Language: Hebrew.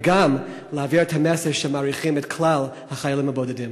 וגם להעביר את המסר שמעריכים את כלל החיילים הבודדים.